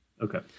Okay